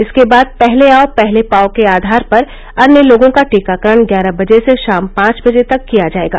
इसके बाद पहले आओ पहले पाओ के आधार पर अन्य लोगों का टीकाकरण ग्यारह बजे से शाम पांच बजे तक किया जायेगा